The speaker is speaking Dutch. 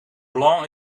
blanc